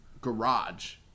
garage